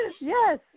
Yes